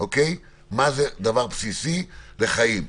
מה זה דבר בסיסי לחיים.